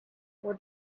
what